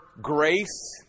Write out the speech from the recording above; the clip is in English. grace